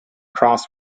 cross